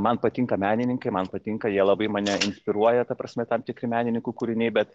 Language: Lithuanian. man patinka menininkai man patinka jie labai mane inspiruoja ta prasme tam tikri menininkų kūriniai bet